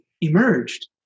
emerged